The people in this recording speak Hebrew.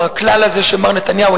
הכלל הזה של מר נתניהו,